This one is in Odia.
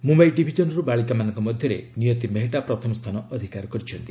ମୁମ୍ବାଇ ଡିଭିଜନ୍ରୁ ବାଳିକାମାନଙ୍କ ମଧ୍ୟରେ ନିୟତୀ ମେହେଟ୍ଟା ପ୍ରଥମ ସ୍ଥାନ ଅଧିକାର କରିଛନ୍ତି